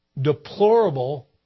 deplorable